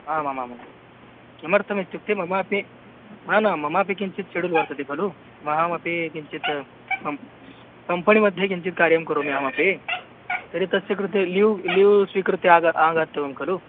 आमामामां किमर्थमित्युक्ते ममापि न न ममापि किञ्चित् शेड्यूल् वर्तते खलु महामपि किञ्चित् मम कम्पनि मध्ये किञ्चित् कार्यं करोमि अहमपि तर्हि तस्य कृते लिव् लिव् स्वीकृत्य आगत्य आगन्तव्यं खलु